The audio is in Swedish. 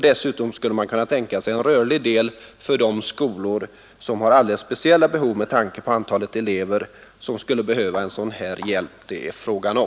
Dessutom skulle man kunna tänka sig en rörlig del för de skolor som har alldeles speciella behov med tanke på antalet elever som skulle behöva en sådan hjälp som det är fragan om.